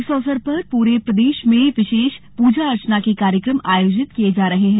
इस अवसर पर पूरे प्रदेश में विशेष पूजा अर्चना के कार्यक्रम आयोजित किये जा रहे हैं